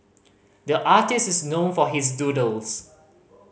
the artist is known for his doodles